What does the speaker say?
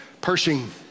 Pershing